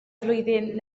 flwyddyn